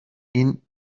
این